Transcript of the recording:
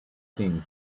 king